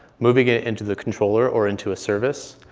moving it into the controller or into a service,